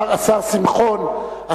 השר שמחון,